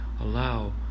allow